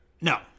No